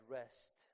rest